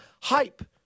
hype